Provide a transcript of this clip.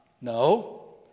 No